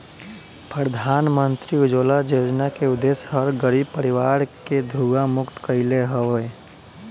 प्रधानमंत्री उज्ज्वला योजना के उद्देश्य हर गरीब परिवार के धुंआ मुक्त कईल हवे